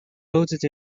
loaded